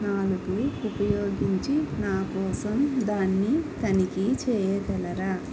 నాలుగు ఉపయోగించి నా కోసం దాన్ని తనిఖీ చేయగలరా